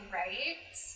right